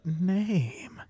name